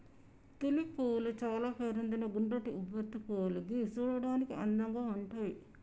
tulip పువ్వులు చాల పేరొందిన గుండ్రటి ఉబ్బెత్తు పువ్వులు గివి చూడడానికి అందంగా ఉంటయ్